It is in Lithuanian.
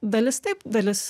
dalis taip dalis